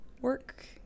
work